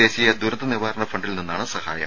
ദേശീയ ദുരന്ത നിവാരണ ഫണ്ടിൽ നിന്നാണ് സഹായം